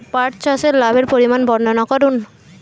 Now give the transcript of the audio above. পাঠ চাষের লাভের পরিমান বর্ননা করুন?